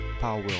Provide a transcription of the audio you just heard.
power